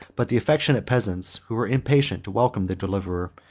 but the affectionate peasants who were impatient to welcome their deliverer,